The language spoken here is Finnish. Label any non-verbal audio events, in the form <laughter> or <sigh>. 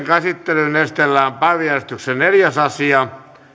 <unintelligible> käsittelyyn esitellään päiväjärjestyksen neljäs asia